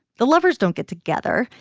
the lovers don't get together.